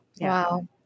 wow